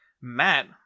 Matt